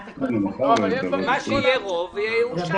מה שיהיה לו רוב יאושר,